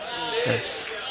Yes